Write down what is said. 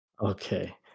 Okay